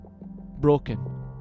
broken